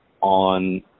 on